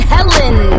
Helen